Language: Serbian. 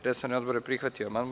Resorni odbor je prihvatio amandman.